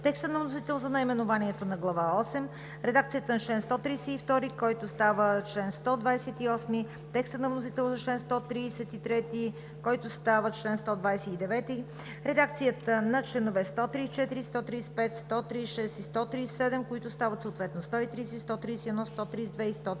текста на вносител за наименованието на Глава осма; редакцията на чл. 132, който става чл. 128; текста на вносител за чл. 133, който става чл. 129; редакцията на членове 134, 135, 136 и 137, които стават съответно членове 130, 131, 132 и 133